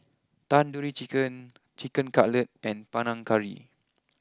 Tandoori Chicken Chicken Cutlet and Panang Curry